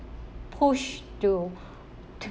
push to